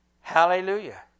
Hallelujah